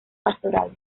pastorales